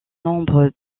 nombre